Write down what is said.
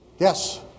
Yes